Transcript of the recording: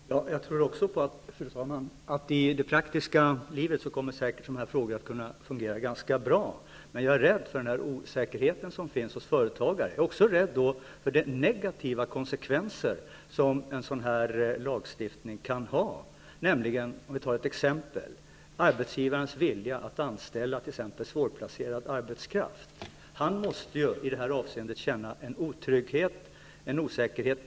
Fru talman! Jag tror också att sådana här saker i det praktiska livet kommer att kunna fungera ganska bra. Men jag är rädd för osäkerheten som finns hos företagare och för de negativa konsekvenser som en lagstiftning av detta slag kan ha. Som exempel kan jag ta upp arbetsgivarens vilja att anställa svårplacerad arbetskraft. Arbetsgivaren måste i detta avsende känna en otrygghet, en osäkerhet.